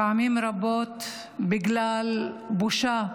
פעמים רבות בגלל בושה,